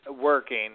working